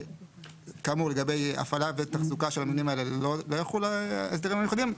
כאמור לגבי הפעלה ותחזוקה של המבנים האלה לא יחולו ההסדרים המיוחדים,